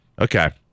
Okay